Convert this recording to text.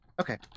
Okay